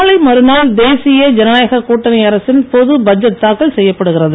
நாளை மறுநாள் தேசிய ஜனநாயக கூட்டணி அரசின் பொது பட்ஜெட் தாக்கல் செய்யப்படுகிறது